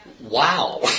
wow